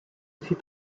fut